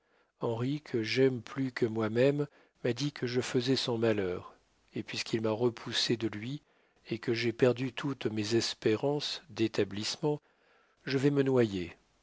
henry que j'aime plus que moi-même m'a dit que je faisai son malheure et puisqu'il m'a repoussé de lui et que j'ai perdu toutes mes espairence d'établiceman je vai me noyer